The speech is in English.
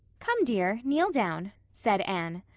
come, dear, kneel down, said anne.